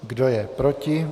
Kdo je proti?